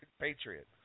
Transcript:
Patriot